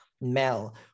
Mel